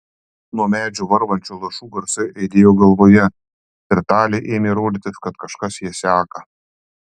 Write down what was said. nuo medžių varvančių lašų garsai aidėjo galvoje ir talei ėmė rodytis kad kažkas ją seka